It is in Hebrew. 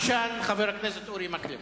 חברי הכנסת אורי מקלב